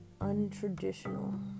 untraditional